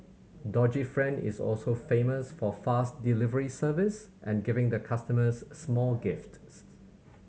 doggy friend is also famous for fast delivery service and giving the customers small gifts